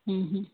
ಹ್ಞೂ ಹ್ಞೂ